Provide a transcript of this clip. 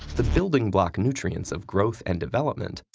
the building block nutrients of growth and development,